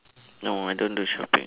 no I don't do shopping